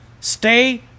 Stay